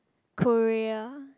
Korea